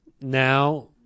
now